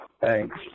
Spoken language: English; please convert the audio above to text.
Thanks